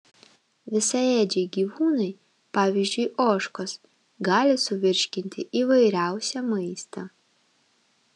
visaėdžiai gyvūnai pavyzdžiui ožkos gali suvirškinti įvairiausią maistą